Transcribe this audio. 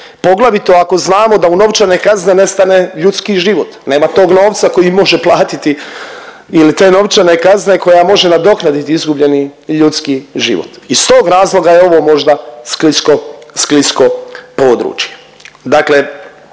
poglavito ako znamo da u novčane kazne ne stane ljudski život, nema tog novca koji može platiti ili te novčane kazne koja može nadoknaditi izgubljeni ljudski život. Iz tog razloga je ovo možda sklisko područje.